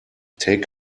take